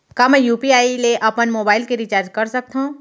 का मैं यू.पी.आई ले अपन मोबाइल के रिचार्ज कर सकथव?